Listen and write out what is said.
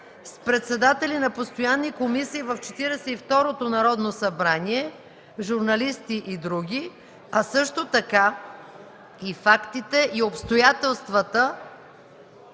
с председатели на постоянни комисии в Четиридесет и второто Народно събрание, журналисти и други, а също така и фактите, и обстоятелствата